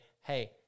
hey